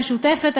המשותפת.